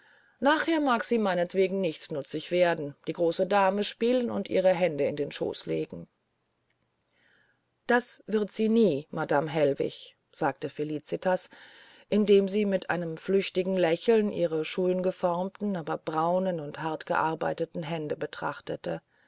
nachher mag sie meinetwegen nichtsnutzig werden die große dame spielen und ihre hände in den schoß legen das wird sie nie madame hellwig sagte felicitas indem sie mit einem flüchtigen lächeln ihre schöngeformten aber braunen und hartgearbeiteten hände betrachtete